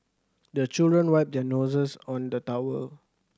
the children wipe their noses on the towel